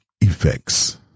effects